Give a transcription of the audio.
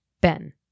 Ben